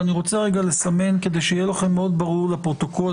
אבל אני רוצה לסמן כדי שיהיה מאוד ברור לפרוטוקול,